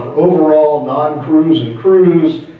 overall, non crews and crews.